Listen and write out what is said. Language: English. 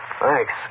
Thanks